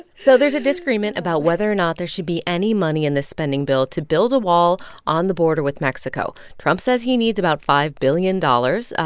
so there's a disagreement about whether or not there should be any money in this spending bill to build a wall on the border with mexico. trump says he needs about five billion dollars.